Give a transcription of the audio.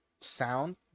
sound